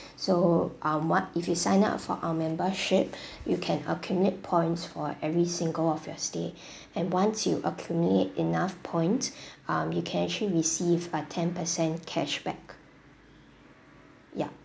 so um what if you sign up for our membership you can accumulate points for every single of your stay and once you accumulate enough point um you can actually receive about ten percent cashback yup